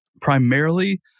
primarily